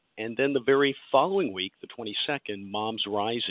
and then the very following week, the twenty second, momsrising